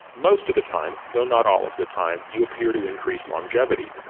most of the time though not all of the time you appear to increase longevity.